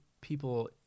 people